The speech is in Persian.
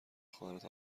خواهرت